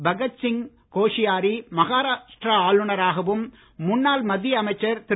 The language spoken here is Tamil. பகத்சிங் கோஷியாரி மகாராஷ்டிரா ஆளுநராகவும் முன்னாள் மத்திய அமைச்சர் திரு